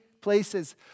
places